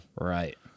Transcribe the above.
Right